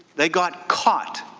they got caught.